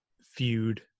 feud